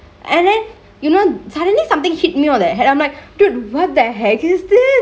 and then you know suddenly somethingk hit me on the head I'm like dude what the heck is this